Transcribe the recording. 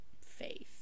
faith